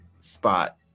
spot